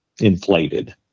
inflated